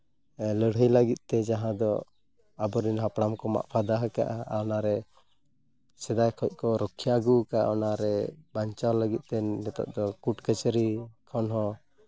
ᱞᱟᱲᱦᱟᱹᱭ ᱞᱟᱹᱜᱤᱫᱛᱮ ᱡᱟᱦᱟᱸ ᱫᱚ ᱟᱵᱚᱨᱮᱱ ᱦᱟᱯᱲᱟᱢ ᱠᱚ ᱢᱟᱜ ᱯᱷᱟᱫᱟ ᱟᱠᱟᱫᱟ ᱟᱨ ᱚᱱᱟᱨᱮ ᱥᱮᱫᱟᱭ ᱠᱷᱚᱱ ᱠᱚ ᱨᱩᱠᱷᱤᱭᱟᱹ ᱟᱹᱜᱩ ᱠᱟᱜᱼᱟ ᱚᱱᱟᱨᱮ ᱵᱟᱧᱪᱟᱣ ᱞᱟᱹᱜᱤᱫᱛᱮ ᱱᱤᱛᱚᱜ ᱫᱚ ᱠᱳᱴ ᱠᱟᱹᱪᱷᱟᱹᱨᱤ ᱠᱷᱚᱱ ᱦᱚᱸ